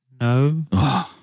No